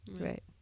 right